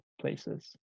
places